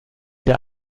der